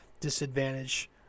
disadvantage